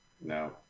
No